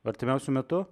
artimiausiu metu